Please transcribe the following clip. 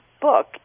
book